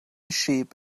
sheep